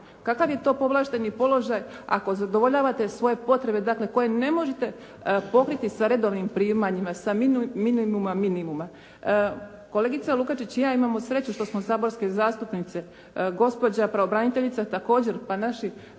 Kakav je to povlašteni položaj ako zadovoljavate svoje potrebe, dakle koje ne možete pokriti sa redovnim primanjima, sa minimuma, minimuma. Kolegica Lukačić i ja imamo sreću što smo saborske zastupnice, gospođa pravobraniteljica također, pa naše